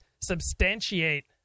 substantiate